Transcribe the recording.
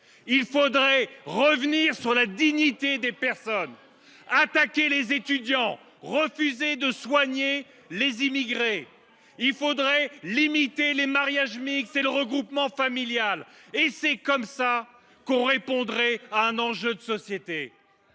Il faudrait revenir sur la dignité des personnes, attaquer les étudiants, refuser de soigner les immigrés. Il faudrait limiter les mariages mixtes et le regroupement familial. C’est ainsi que l’on répondrait à un enjeu de société.